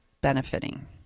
benefiting